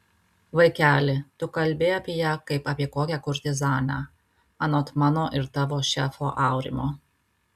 vaikeli tu kalbi apie ją kaip apie kokią kurtizanę anot mano ir tavo šefo aurimo